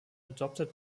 adopted